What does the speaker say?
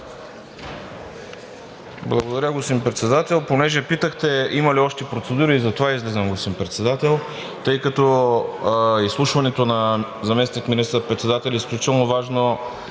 Благодаря, господин Председател.